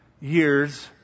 years